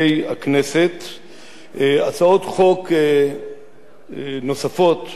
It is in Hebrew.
הצעות חוק נוספות, נוסף על החוק שאני מביא היום,